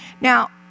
Now